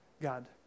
God